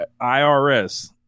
IRS